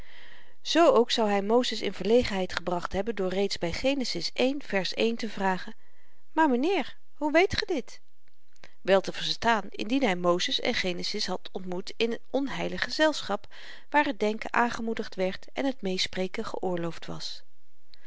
zoo ook zou hy mozes in verlegenheid gebracht hebben door reeds by genesis i vers te vragen maar m'nheer hoe weet ge dit wel te verstaan indien hy mozes en genesis had ontmoet in onheilig gezelschap waar t denken aangemoedigd werd en t meespreken geoorloofd was